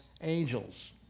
angels